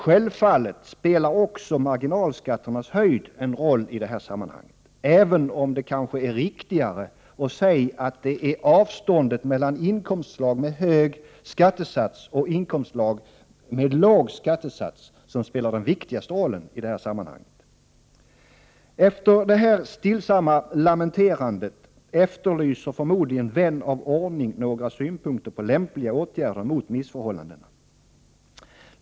Självfallet spelar också marginalskatternas höjd en roll i detta sammanhang, även om det kanske är riktigare att säga att det är avståndet mellan inkomstslag med hög skattesats och inkomstslag med låg skattesats som spelar den viktigaste rollen i detta sammanhang. Efter detta stillsamma lamenterande efterlyser förmodligen vän av ordning några synpunkter på lämpliga åtgärder mot missförhållandena.